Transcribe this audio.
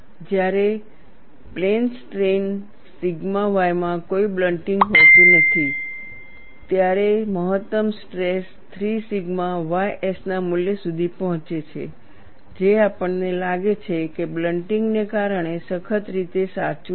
જ્યારે plane strain sigma y માં કોઈ બ્લન્ટિંગ હોતું નથી ત્યારે મહત્તમ સ્ટ્રેસ 3 સિગ્મા ys ના મૂલ્ય સુધી પહોંચે છે જે આપણને લાગે છે કે બ્લન્ટિંગ ને કારણે સખત રીતે સાચું નથી